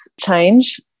change